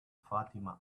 fatima